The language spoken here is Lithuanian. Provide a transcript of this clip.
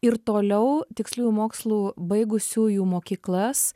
ir toliau tiksliųjų mokslų baigusiųjų mokyklas